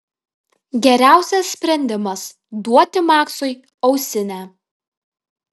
geriausias sprendimas duoti maksui ausinę